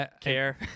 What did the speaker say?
care